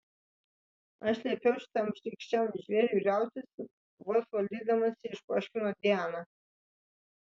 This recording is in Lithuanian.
aš liepiau šitam šlykščiam žvėriui liautis vos valdydamasi išpoškino diana